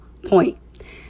point